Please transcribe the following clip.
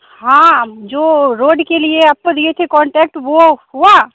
हाँ जो रोड के लिए आपको दिए थे कान्ट्रैक्ट वो हुआ